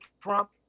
Trump